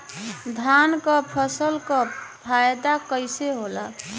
धान क फसल क फायदा कईसे होला?